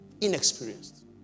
inexperienced